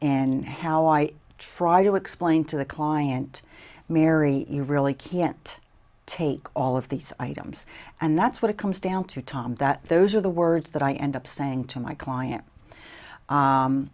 and how i try to explain to the client mary you really can't take all of these items and that's what it comes down to time that those are the words that i end up saying to my client